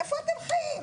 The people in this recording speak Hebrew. אני חשבתי שזה אפשרי,